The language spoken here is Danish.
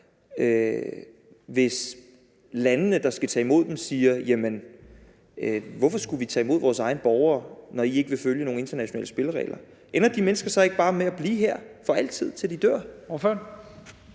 hvis landene, der skal tage imod dem, siger: Jamen hvorfor skulle vi tage imod vores egne borgere, når I ikke vil følge nogle internationale spilleregler? Ender de mennesker så ikke bare med at blive her for altid, indtil de dør?